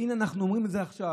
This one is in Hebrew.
והינה, אנחנו אומרים את זה עכשיו.